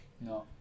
No